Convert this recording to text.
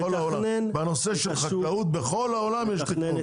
בנושא של חקלאות בכל העולם, יש תכנון.